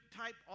type